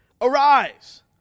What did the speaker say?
Arise